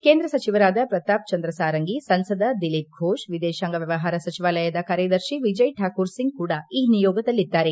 ಕೇಂದ್ರ ಸಚಿವರಾದ ಪ್ರತಾಪ್ ಚಂದ್ರ ಸಾರಂಗಿ ಸಂಸದ ದಿಲೀಪ್ ಘೋಷ್ ವಿದೇಶಾಂಗ ವ್ವವಹಾರ ಸಚಿವಾಲಯ ಕಾರ್ಯದರ್ಶಿ ವಿಜಯ್ ಠಾಕೂರ್ ಸಿಂಗ್ ಕೂಡ ಈ ನಿಯೋಗದಲ್ಲಿದ್ದಾರೆ